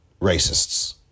racists